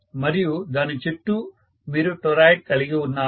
మరియు దాని చుట్టూ మీరు టొరాయిడ్ కలిగి ఉన్నారు